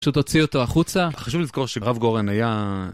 פשוט הוציא אותו החוצה. חשוב לזכור שהרב גורן היה...